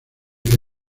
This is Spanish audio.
que